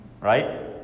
right